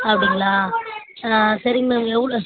அப்படிங்களா ஆ சரி மேம் எவ்வளோ